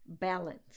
balance